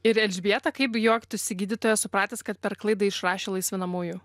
ir elžbieta kaip juoktųsi gydytojas supratęs kad per klaidą išrašė laisvinamųjų